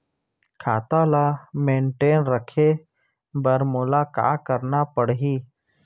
खाता ल मेनटेन रखे बर मोला का करना पड़ही?